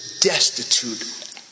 destitute